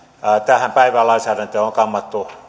lainsäädäntöä on kammattu